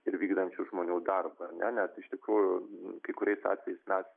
ir vykdančių žmonių darbą ar ne nes iš tikrųjų kai kuriais atvejais net